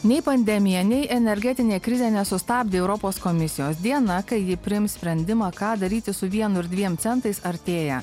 nei pandemija nei energetinė krizė nesustabdė europos komisijos diena kai ji priims sprendimą ką daryti su vienu ir dviem centais artėja